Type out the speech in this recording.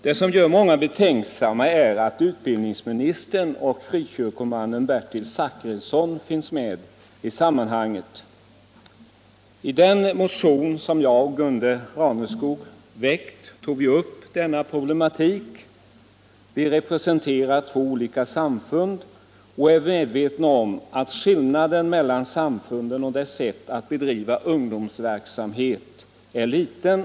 Det som gör många betänksamma är att utbildningsministern och frikyrkomannen Bertil Zachrisson finns med i sammanhanget. I en motion har Gunde Raneskog och jag tagit upp denna problematik. Vi representerar två olika samfund och är medvetna om att skillnaden mellan samfunden och deras sätt att bedriva ungdomsverksamhet är liten.